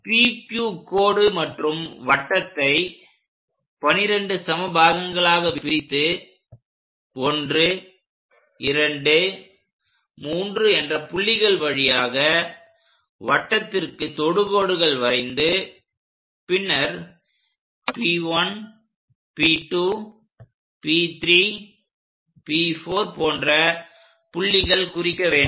PQ கோடு மற்றும் வட்டத்தை 12 சம பாகங்களாக பிரித்து 1 2 3 என்ற புள்ளிகள் வழியாக வட்டத்திற்கு தொடுகோடுகள் வரைந்து பின்னர் P1 P2 P3 P4 போன்ற புள்ளிகள் குறிக்க வேண்டும்